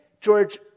George